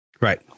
Right